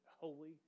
holy